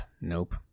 nope